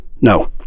No